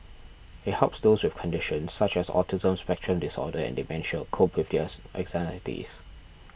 it helps those with conditions such as autism spectrum disorder and dementia cope with their anxieties